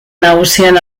nagusien